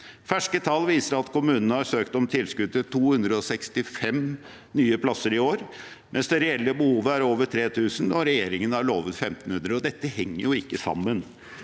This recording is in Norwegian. Ferske tall viser at kommunene har søkt om tilskudd til 265 nye plasser i år, mens det reelle behovet er over 3 000, og regjeringen har lovet 1 500. Dette henger jo ikke sammen.